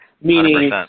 Meaning